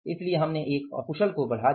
इसलिए हमने एक अकुशल को बढ़ा दिया